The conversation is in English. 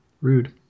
Rude